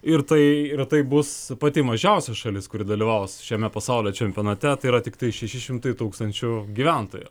ir tai yra tai bus pati mažiausia šalis kuri dalyvaus šiame pasaulio čempionate tai yra tiktai šeši šimtai tūkstančių gyventojų